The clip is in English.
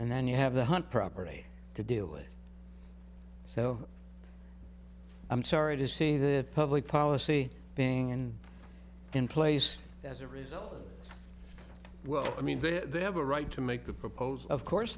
and then you have the hot property to deal with so i'm sorry to say that public policy being in place as a result well i mean they're they have a right to make the proposal of course